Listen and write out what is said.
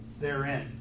therein